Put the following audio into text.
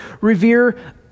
revere